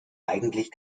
eigentlich